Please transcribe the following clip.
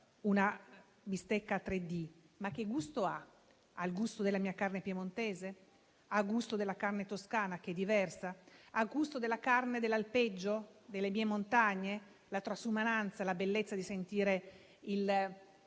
una bistecca 3D. Ma che gusto ha? Ha il gusto della mia carne piemontese? Ha il gusto della carne toscana, che è diversa? Ha il gusto della carne dell'alpeggio delle mie montagne: la transumanza, la bellezza di sentire il